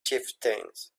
chieftains